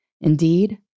Indeed